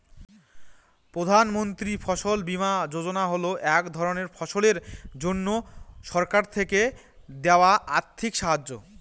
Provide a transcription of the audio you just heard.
প্রধান মন্ত্রী ফসল বীমা যোজনা হল এক ধরনের ফসলের জন্যে সরকার থেকে দেওয়া আর্থিক সাহায্য